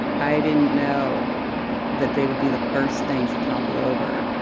i didn't know that they would be the first things to topple over.